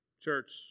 Church